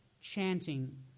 chanting